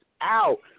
out